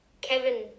Kevin –